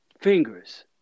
fingers